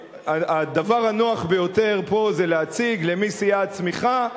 הדבר הנוח ביותר פה זה להציג למי סייעה הצמיחה,